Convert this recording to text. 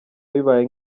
bibaye